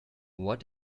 what